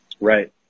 Right